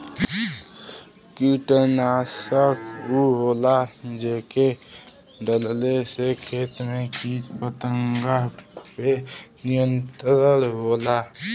कीटनाशक उ होला जेके डलले से खेत में कीट पतंगा पे नियंत्रण होला